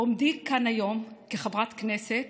בעומדי כאן היום כחברת כנסת